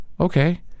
Okay